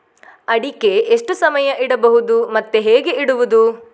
ಅಡಿಕೆ ಎಷ್ಟು ಸಮಯ ಇಡಬಹುದು ಮತ್ತೆ ಹೇಗೆ ಇಡುವುದು?